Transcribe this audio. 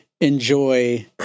enjoy